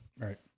Right